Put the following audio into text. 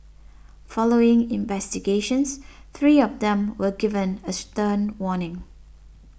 following investigations three of them were given a stern warning